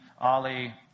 Ali